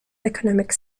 economic